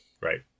right